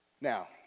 Now